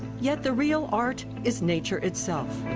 yet, the real art is nature itself!